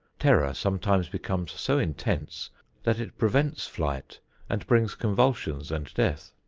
terror sometimes becomes so intense that it prevents flight and brings convulsions and death.